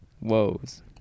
Woes